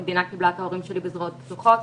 המדינה קיבלה את ההורים שלי בזרועות פתוחות,